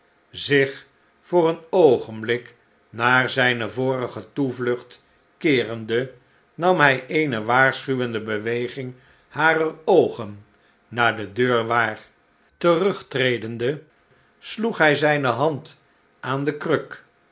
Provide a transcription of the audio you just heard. zich voor een oogenblik naar zijne vorige toevlucht keerende nam hij eene waarschuwende beweging harer oogen naar de deur waar terugtredende sloeg hij zijne hand aan de kruk